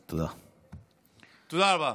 תודה רבה.